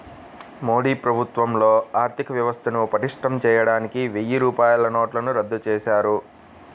మోదీ ప్రభుత్వంలో ఆర్ధికవ్యవస్థను పటిష్టం చేయడానికి వెయ్యి రూపాయల నోట్లను రద్దు చేశారు